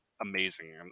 Amazing